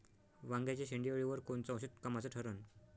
वांग्याच्या शेंडेअळीवर कोनचं औषध कामाचं ठरन?